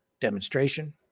demonstration